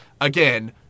Again